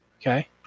Okay